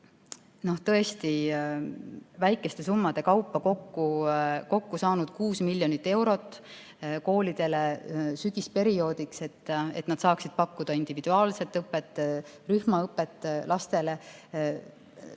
tõesti väikeste summade kaupa kokku saanud 6 miljonit eurot koolidele sügisperioodiks, et nad saaksid pakkuda individuaalset õpet, rühmaõpet lastele,